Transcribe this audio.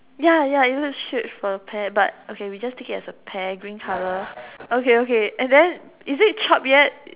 ya ya it looks straight for a pear we just take it as a pear green colour okay okay and then is it chopped yet